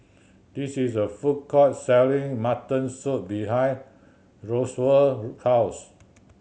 this is a food court selling mutton soup behind Roosevelt house